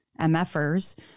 MFers